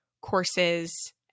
courses